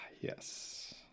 Yes